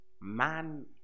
man